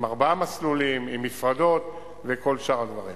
עם ארבעה מסלולים, עם מפרדות וכל שאר הדברים.